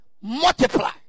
multiply